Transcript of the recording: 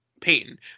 Payton